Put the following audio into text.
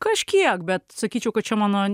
kažkiek bet sakyčiau kad čia mano